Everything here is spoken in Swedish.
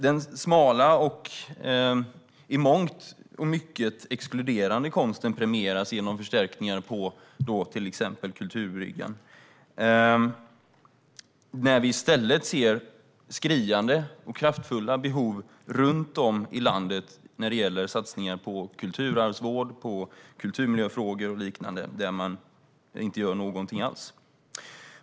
Den smala och i mångt och mycket exkluderande konsten premieras genom förstärkningar av Kulturbryggan. Samtidigt finns det skriande och kraftiga behov runt om i landet när det gäller satsningar på kulturarvsvård, kulturmiljöfrågor och liknande. Där vill man inte satsa någonting alls.